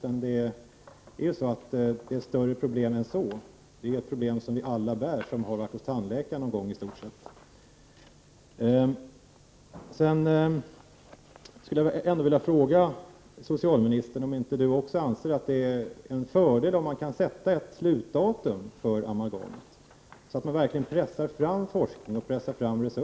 Nej, problemet är större än så. Det är ett problem som i stort sett alla har som har varit hos tandläkaren någon gång. Sedan skulle jag vilja fråga om ändå inte också socialministern anser att det är en fördel om man kan sätta ett slutdatum för amalgamet, så att man verkligen pressar fram forskning och resurser till den.